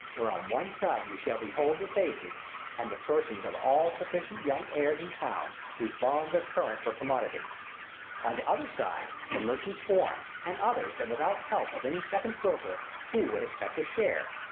where on one side you shall behold the faces and the persons of all sufficient young heirs in town, whose bonds are current for commodity on th' other side, the merchants' forms, and others, that without help of any second broker, who would expect a share,